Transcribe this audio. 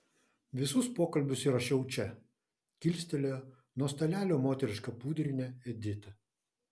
visus pokalbius įrašiau čia kilstelėjo nuo stalelio moterišką pudrinę edita